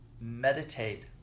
meditate